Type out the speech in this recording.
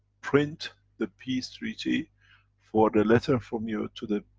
print the peace treaty for the letter from you to the